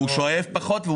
הוא שואף פחות.